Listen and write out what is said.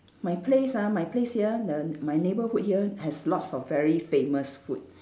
my place ah my place here the my neighborhood here has lots of very famous food